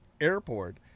airport